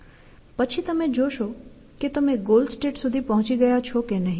પછી તમે જોશો કે તમે ગોલ સ્ટેટ સુધી પહોંચી ગયા છો કે નહીં